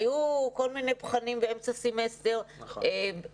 היו כל מיני בוחנים באמצע סמסטר בלמידה